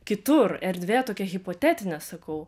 kitur erdvė tokia hipotetinė sakau